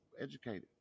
educated